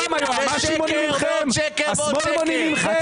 זה כמו ה-54 מיליארד,